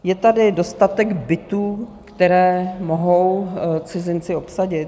Je tady dostatek bytů, které mohou cizinci obsadit?